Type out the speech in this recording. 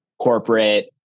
corporate